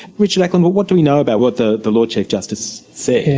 richard ackland, what what do we know about what the the lord chief justice said?